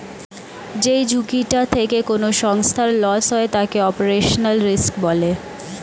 যেই ঝুঁকিটা থেকে কোনো সংস্থার লস হয় তাকে অপারেশনাল রিস্ক বলে